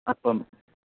അപ്പം